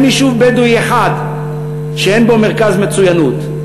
אין יישוב בדואי אחד שאין בו מרכז מצוינות.